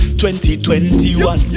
2021